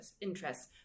interests